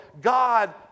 God